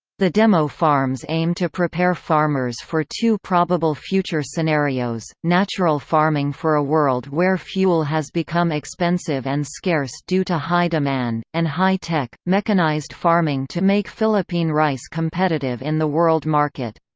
the demo farms aim to prepare farmers for two probable future scenarios natural farming for a world where fuel has become expensive and scarce due to high demand, and high-tech, mechanized farming to make philippine rice competitive in the world market.